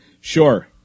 Sure